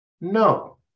No